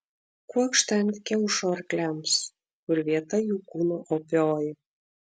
kuokštą ant kiaušo arkliams kur vieta jų kūno opioji